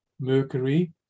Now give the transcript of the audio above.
mercury